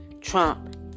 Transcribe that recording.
Trump